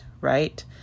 right